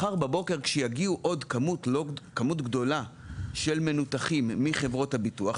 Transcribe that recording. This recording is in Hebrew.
מחר בבוקר כשיגיעו עוד כמות גדולה של מנותחים מחברות הביטוח,